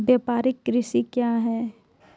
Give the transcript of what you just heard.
व्यापारिक कृषि क्या हैं?